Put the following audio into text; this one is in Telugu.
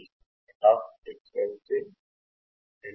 cut off frequency 2